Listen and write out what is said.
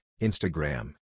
Instagram